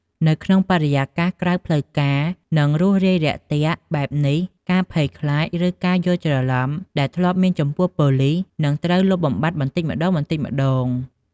នៅក្នុងបរិយាកាសក្រៅផ្លូវការ និងរួសរាយរាក់ទាក់បែបនេះ ការភ័យខ្លាច ឬការយល់ច្រឡំដែលធ្លាប់មានចំពោះប៉ូលីសនឹងត្រូវលុបបំបាត់បន្តិចម្តងៗ។